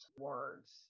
words